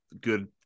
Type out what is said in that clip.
good